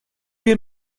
will